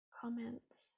comments